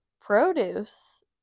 produce